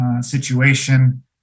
situation